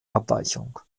abweichung